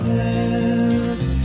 left